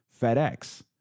FedEx